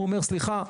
והוא אומר: סליחה,